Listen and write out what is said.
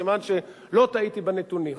סימן שלא טעיתי בנתונים.